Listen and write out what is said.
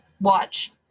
watch